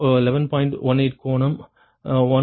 18 கோணம் 116